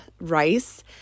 rice